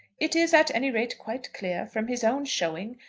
it is at any rate quite clear, from his own showing,